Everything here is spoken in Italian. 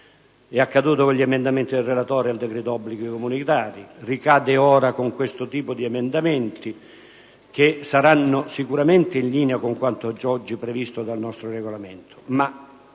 È accaduto con gli emendamenti del relatore al decreto-legge sugli obblighi comunitari, riaccade ora con questi emendamenti, che saranno sicuramente in linea con quanto oggi previsto dal nostro Regolamento,